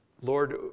Lord